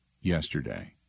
yesterday